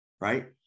right